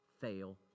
fail